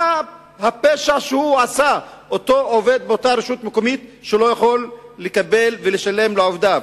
מה הפשע שעשה אותו עובד באותה רשות מקומית שלא יכול לקבל ולשלם לעובדיו,